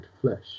flesh